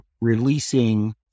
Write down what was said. releasing